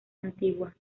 antigua